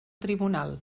tribunal